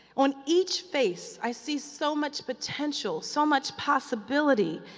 on each face, i see so much potential, so much possibility.